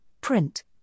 print